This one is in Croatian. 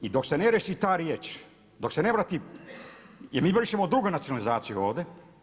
I dok se ne riješi ta riječ, dok se ne vrati i mi vršimo drugu nacionalizaciju ovdje.